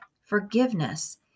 Forgiveness